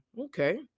okay